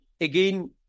again